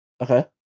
Okay